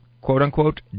quote-unquote